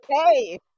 okay